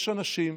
יש אנשים,